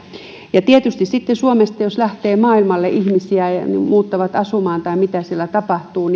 ja tietysti sitten jos suomesta lähtee maailmalle ihmisiä muuttaa asumaan niin sitä kaikkea mitä siellä tapahtuu